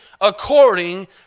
according